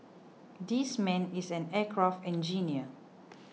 this man is an aircraft engineer